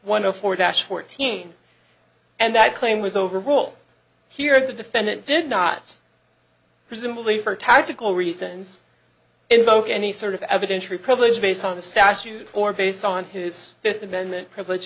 one of four dash fourteen and that claim was overall here of the defendant did not presumably for tactical reasons invoke any sort of evidentiary privilege based on the statute or based on his fifth amendment privilege